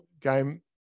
game